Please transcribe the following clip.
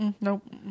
Nope